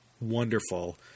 wonderful